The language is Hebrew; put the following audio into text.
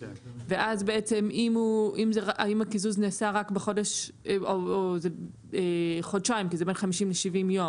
ואז אם הקיזוז נעשה רק חודשיים כי זה בין 50 ל-70 יום